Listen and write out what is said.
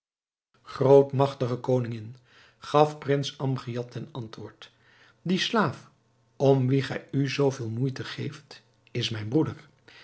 grootmagtige koningin gaf prins amgiad ten antwoord die slaaf om wien gij u zoo veel moeite geeft is mijn broeder